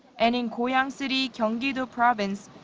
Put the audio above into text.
and in goyang city, gyeonggi-do province,